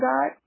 God